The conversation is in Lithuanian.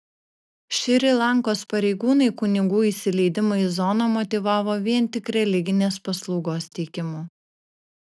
šri lankos pareigūnai kunigų įsileidimą į zoną motyvavo vien tik religinės paslaugos teikimu